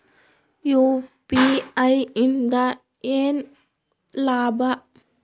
UPI ಇಂದ ಏನ್ ಲಾಭ?